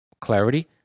clarity